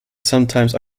sometimes